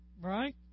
Right